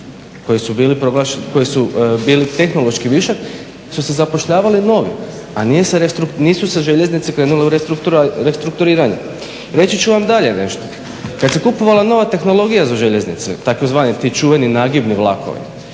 koji su bili tehnološki višak su se zapošljavali novi, a nisu željeznice krenule u restrukturiranje. Reći ću vam dalje nešto, kada se kupovala nova tehnologija za željeznice tzv. ti čuveni nagibni vlakovi,